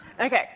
Okay